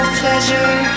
pleasure